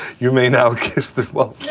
you may know that. well,